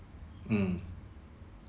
mm